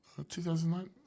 2009